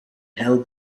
held